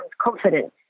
confidence